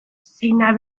zeina